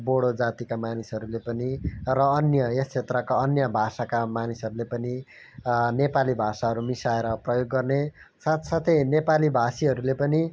बोडो जातिका मानिसहरूले पनि र अन्य यस क्षेत्रका अन्य भाषाका मानिसहरूले पनि नेपाली भाषाहरू मिसाएर प्रयोग गर्ने साथसाथै नेपाली भाषीहरूले पनि